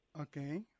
Okay